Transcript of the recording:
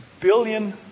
billion